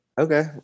Okay